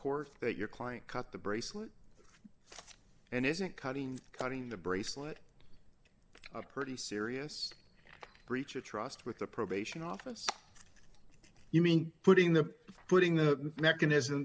that your client cut the bracelet and isn't cutting cutting the bracelet a pretty serious breach of trust with the probation office you mean putting the putting the mechanism